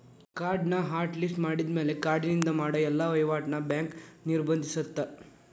ಕಾರ್ಡ್ನ hot list ಮಾಡಿದ್ಮ್ಯಾಲೆ ಕಾರ್ಡಿನಿಂದ ಮಾಡ ಎಲ್ಲಾ ವಹಿವಾಟ್ನ ಬ್ಯಾಂಕ್ ನಿರ್ಬಂಧಿಸತ್ತ